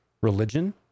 Religion